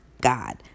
God